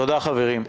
תודה, חברים.